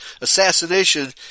assassination